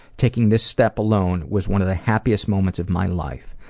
taking this step alone was one of the happiest moments of my life.